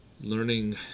learning